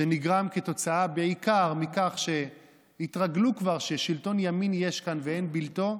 נגרמה בעיקר מכך שהתרגלו כבר ששלטון ימין יש כאן ואין בלתו.